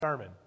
sermon